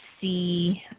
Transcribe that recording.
see